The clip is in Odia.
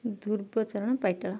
ଧ୍ରୁବ ଚରଣ ପାଇଟାଳ